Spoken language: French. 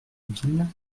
ville